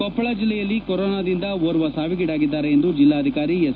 ಕೊಪ್ಪಳ ಜಿಲ್ಲೆಯಲ್ಲಿ ಕೊರೊನಾದಿಂದ ಓರ್ವ ಸಾವಿಗೀಡಾಗಿದ್ದಾರೆ ಎಂದು ಜಿಲ್ಲಾಧಿಕಾರಿ ಎಸ್